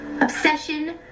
obsession